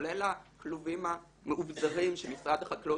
כולל הכלובים המאובזרים שמשרד החקלאות